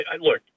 look